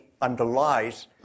underlies